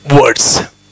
words